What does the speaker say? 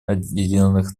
объединенных